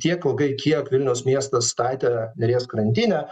tiek ilgai kiek vilniaus miestas statė neries krantinę